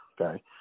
Okay